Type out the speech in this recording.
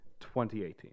2018